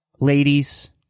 ladies